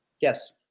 Yes